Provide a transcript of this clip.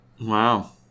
Wow